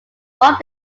what